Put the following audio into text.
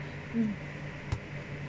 mm